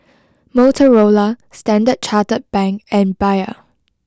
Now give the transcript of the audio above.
Motorola Standard Chartered Bank and Bia